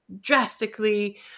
drastically